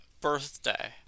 birthday